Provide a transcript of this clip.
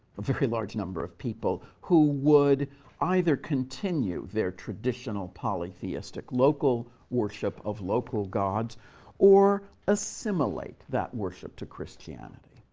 a very large number of people who would either continue their traditional polytheistic local worship of local gods or assimilate that worship to christianity.